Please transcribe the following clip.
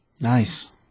Nice